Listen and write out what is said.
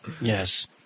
Yes